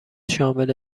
شامل